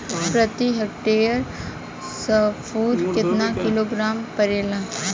प्रति हेक्टेयर स्फूर केतना किलोग्राम परेला?